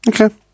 okay